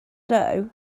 doe